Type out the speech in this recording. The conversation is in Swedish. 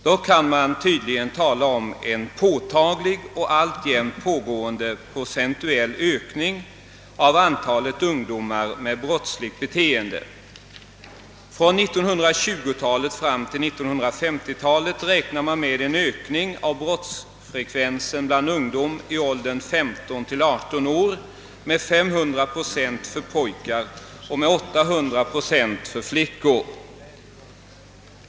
Dock kan man tydligen tala om en påtaglig och alltjämt pågående procentuell ökning av antalet ungdomar med brottsligt beteende. Från 1920-talet fram till 1950-talet räknar man med en ökning av brottsfrekvensen bland ungdom i åldern 15 —18 år med 500 procent för pojkar och 800 procent för flickor.